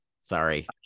Sorry